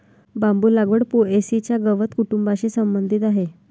बांबू लागवड पो.ए.सी च्या गवत कुटुंबाशी संबंधित आहे